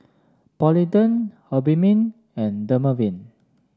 Polident Obimin and Dermaveen